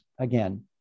again